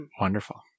Wonderful